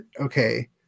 okay